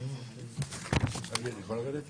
הצבעה בעד, 4 נגד, 7 נמנעים, אין לא אושר.